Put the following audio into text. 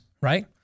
right